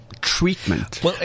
treatment